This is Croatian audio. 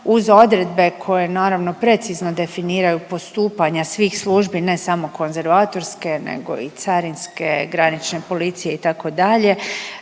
uz odredbe koje naravno precizno definiraju postupanja svih službi ne samo konzervatorske nego i carinske, granične policije itd.